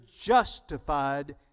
justified